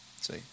See